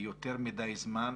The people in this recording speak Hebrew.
ויותר מדי זמן.